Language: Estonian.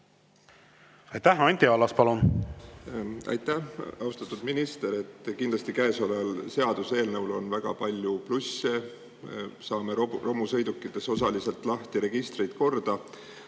Aitäh! Anti Allas, palun! Aitäh! Austatud minister! Kindlasti on käesoleval seaduseelnõul väga palju plusse: saame romusõidukitest osaliselt lahti, registrid korda.